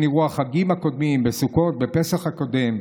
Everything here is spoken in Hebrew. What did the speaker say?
איך נראו החגים הקודמים, בסוכות, בפסח הקודם,